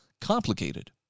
complicated